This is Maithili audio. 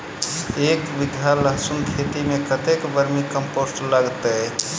एक बीघा लहसून खेती मे कतेक बर्मी कम्पोस्ट लागतै?